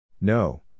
No